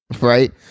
right